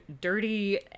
dirty